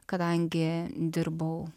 kadangi dirbau